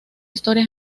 historia